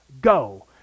Go